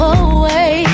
away